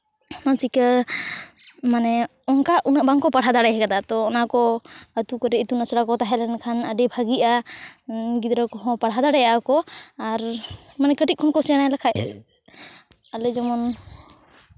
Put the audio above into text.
ᱚᱱᱟᱪᱤᱠᱟᱹ ᱢᱟᱱᱮ ᱚᱱᱠᱟ ᱩᱱᱟᱹᱜ ᱵᱟᱝᱠᱚ ᱯᱟᱲᱦᱟᱣ ᱫᱟᱲᱮ ᱟᱠᱟᱫᱟ ᱛᱳ ᱚᱱᱟᱠᱚ ᱟᱹᱛᱩ ᱠᱚᱨᱮ ᱤᱛᱩᱱ ᱟᱥᱲᱟ ᱠᱚ ᱛᱟᱦᱮᱸ ᱞᱮᱱᱠᱷᱟᱱ ᱟᱹᱰᱤ ᱵᱷᱟᱹᱜᱤᱜᱼᱟ ᱜᱤᱫᱽᱨᱟᱹ ᱠᱚᱦᱚᱸ ᱯᱟᱲᱦᱟᱣ ᱫᱟᱲᱮᱭᱟᱜᱼᱟ ᱠᱚ ᱟᱨ ᱢᱟᱱᱮ ᱠᱟᱹᱴᱤᱡ ᱠᱷᱚᱱ ᱠᱚ ᱥᱮᱬᱟ ᱞᱮᱠᱷᱟᱱ ᱟᱞᱮ ᱡᱮᱢᱚᱱ